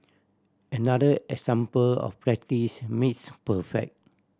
another example of practice makes perfect